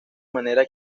manera